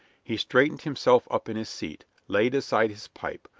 he straightened himself up in his seat, laid aside his pipe,